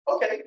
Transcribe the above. Okay